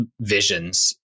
visions